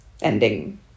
ending